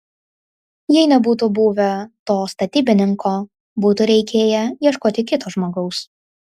jei nebūtų buvę to statybininko būtų reikėję ieškoti kito žmogaus